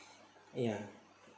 ya